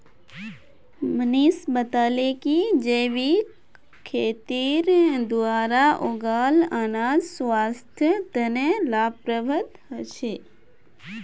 मनीष बताले कि जैविक खेतीर द्वारा उगाल अनाज स्वास्थ्य तने लाभप्रद ह छे